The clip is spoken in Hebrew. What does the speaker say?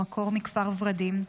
במקור מכפר ורדים,